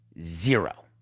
zero